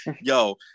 yo